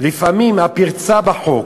לפעמים הפרצה בחוק